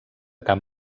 camp